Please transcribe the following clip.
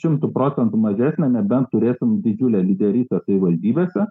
šimtu procentų mažesnę nebent turėsim didžiulę lyderystę savivaldybėse